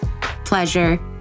pleasure